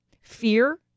fear